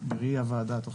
גם